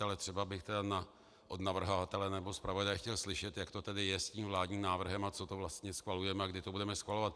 Ale třeba bych chtěl od navrhovatele nebo zpravodaje slyšet, jak to tedy je s tím vládním návrhem a co to vlastně schvalujeme a kdy to budeme schvalovat.